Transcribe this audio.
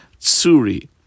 Tsuri